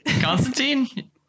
Constantine